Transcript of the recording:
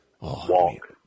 Walk